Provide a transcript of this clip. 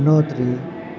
Yamunotri